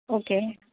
okay